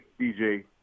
DJ